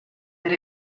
that